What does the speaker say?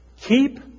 keep